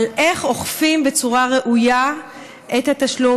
על איך אוכפים בצורה ראויה את התשלום.